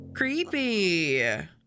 Creepy